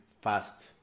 fast